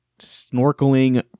snorkeling